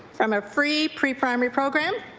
from a free preprimary program?